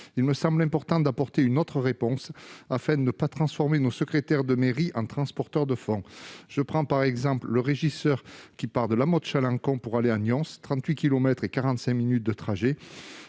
Il me semble important d'apporter une autre réponse, afin de ne pas transformer nos secrétaires de mairie en transporteurs de fonds. J'en prends pour exemple le régisseur qui part de La Motte-Chalancon pour aller à Nyons, parcourant 38 kilomètres,